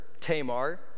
Tamar